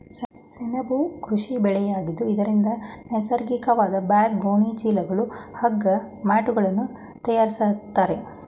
ಸೆಣಬು ಕೃಷಿ ಬೆಳೆಯಾಗಿದ್ದು ಇದರಿಂದ ನೈಸರ್ಗಿಕವಾದ ಬ್ಯಾಗ್, ಗೋಣಿ ಚೀಲಗಳು, ಹಗ್ಗ, ಮ್ಯಾಟ್ಗಳನ್ನು ತರಯಾರಿಸ್ತರೆ